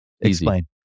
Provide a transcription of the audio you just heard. explain